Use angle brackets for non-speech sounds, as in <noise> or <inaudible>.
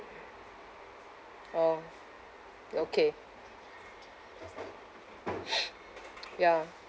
orh okay <noise> ya